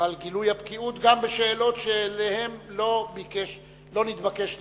ועל גילוי הבקיאות גם בשאלות שעליהן לא נתבקש להתכונן.